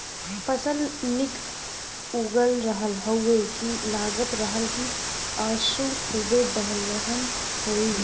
फसल निक उगल रहल हउवे की लगत रहल की असों खूबे दलहन होई